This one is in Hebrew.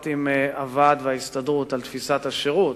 עם הוועד וההסתדרות על תפיסת השירות,